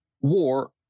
war